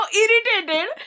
irritated